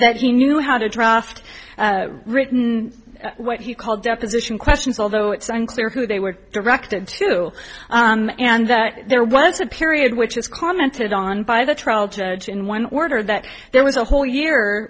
that he knew at a draft written what he called deposition questions although it's unclear who they were directed to and there was a period which is commented on by the trial judge in one order that there was a whole year